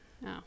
No